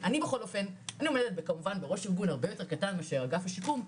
אני בכל אופן עומדת בראש אגון הרבה יותר קטן מאשר אגף השיקום,